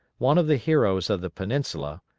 one of the heroes of the peninsula,